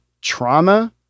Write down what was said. trauma